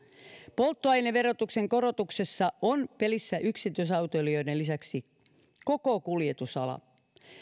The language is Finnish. polttoaineverotuksen korotuksessa on pelissä yksityisautoilijoiden lisäksi koko kuljetusala